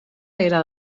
era